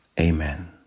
Amen